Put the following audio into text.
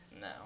No